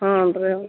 ಹಾಂ ರೀ